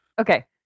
okay